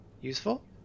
useful